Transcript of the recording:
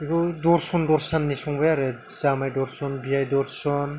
दरसन दरसननि संबाय आरो जामाय दरसन बियाय दरसन